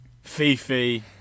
Fifi